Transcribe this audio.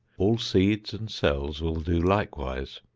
all seeds and cells will do likewise.